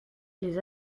les